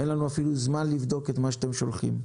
אין לנו אפילו זמן לבדוק את מה שאתם שולחים.